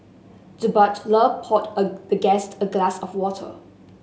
the butler poured a the guest a glass of water